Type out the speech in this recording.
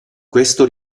questo